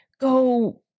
go